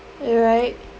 right